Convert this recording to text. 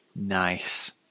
nice